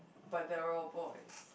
but they're all boys